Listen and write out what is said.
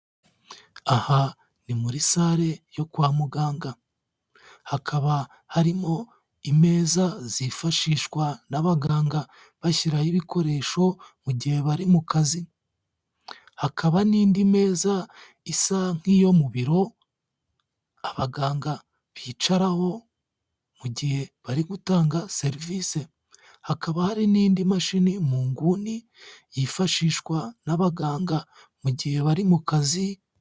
Aha ni muri sale yo kwa muganga. Hakaba harimo imeza zifashishwa n'abaganga bashyiraho ibikoresho mu gihe bari mu kazi. Hakaba n'indi meza isa nk'iyo mu biro, abaganga bicaraho mu gihe bari gutanga serivise. Hakaba hari n'indi mashini mu nguni, yifashishwa n'abaganga mu gihe bari mu kazi...